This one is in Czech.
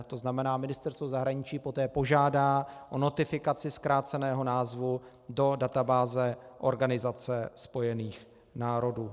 To znamená, Ministerstvo zahraničí poté požádá o notifikaci zkráceného názvu do databáze Organizace spojených národů.